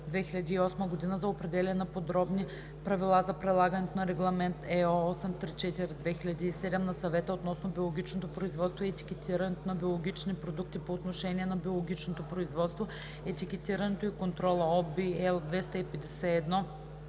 за определяне на подробни правила за прилагането на Регламент (ЕО) № 834/2007 на Съвета относно биологичното производство и етикетирането на биологични продукти по отношение на биологичното производство, етикетирането и контрола (ОВ, L